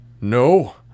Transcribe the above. no